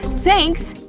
thanks!